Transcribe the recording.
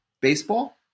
baseball